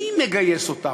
מי מגייס אותם?